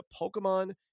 Pokemon